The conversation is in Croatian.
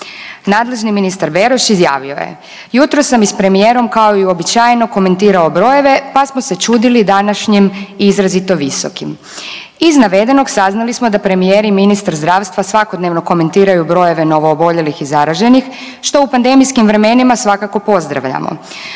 Nadležni ministar Beroš izjavio je, jutros sam i s premijerom kao i uobičajeno komentirao brojeve pa smo se čudili današnjim izrazito visokim. Iz navedenog saznali smo da premijer i ministar zdravstva svakodnevno komentiraju brojeve novooboljelih i zaraženih što u pandemijskim vremenima svakako pozdravljamo.